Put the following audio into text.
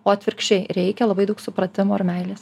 o atvirkščiai reikia labai daug supratimo ar meilės